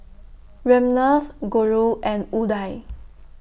Ramnath Guru and Udai